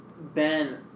Ben